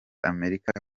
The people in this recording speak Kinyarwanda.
amerika